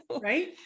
Right